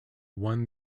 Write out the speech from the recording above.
won